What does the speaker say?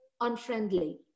unfriendly